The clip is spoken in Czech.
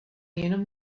jenom